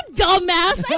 dumbass